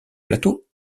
plateau